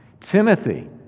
Timothy